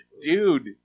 Dude